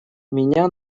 меня